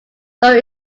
though